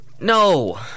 No